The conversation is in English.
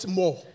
more